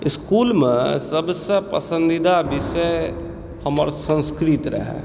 इसकुलमे सबसे पसंदीदा विषय हमर संस्कृत रहै